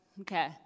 Okay